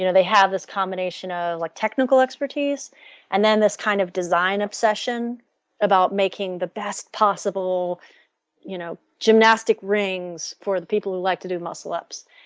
you know they have this combination of like technical expertise and then this kind of design obsession about making the best possible you know gymnastic rings for the people who like to do muscle ups.